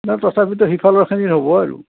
নাই তথাপিতো সিফালৰখিনি হ'ব আৰু